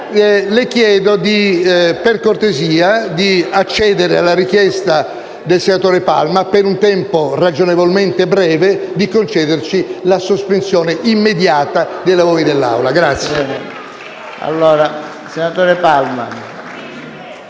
le chiedo, per cortesia, di accedere alla richiesta del senatore Palma e, per un tempo ragionevolmente breve, di concedere la sospensione immediata dei lavori dell'Assemblea*.